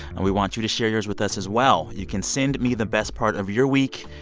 and we want you to share yours with us as well. you can send me the best part of your week,